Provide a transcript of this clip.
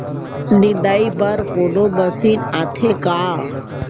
निंदाई बर कोनो मशीन आथे का?